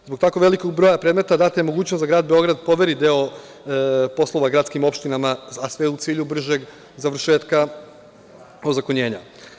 Zbog tako velikog broja predmeta data je mogućnost da grad Beograd poveri deo poslova gradskim opštinama, a sve u cilju bržeg završetka ozakonjenja.